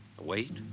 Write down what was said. Wait